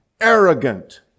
arrogant